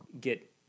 get